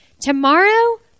Tomorrow